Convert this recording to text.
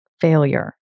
failure